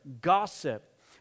gossip